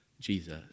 Jesus